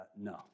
no